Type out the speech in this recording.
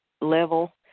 level